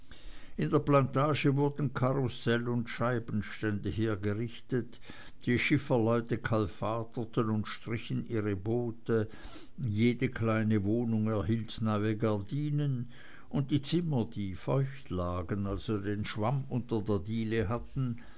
in der plantage wurden karussell und scheibenstände hergerichtet die schiffersleute kalfaterten und strichen ihre boote jede kleine wohnung erhielt neue gardinen die zimmer die feucht lagen also den schwamm unter der diele hatten